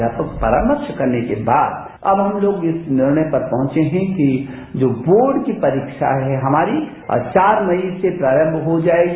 व्यापक परामर्श करने के बाद अब हम लोग इस निर्णय पर पहुंचे हैं कि जो बोर्ड की परीक्षा है हमारी चार मई से प्रारंभ हो जायेगी